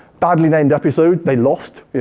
badly named episode, they lost.